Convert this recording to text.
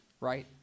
right